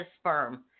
sperm